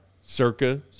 Circa